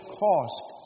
cost